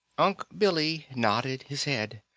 unc' billy nodded his head.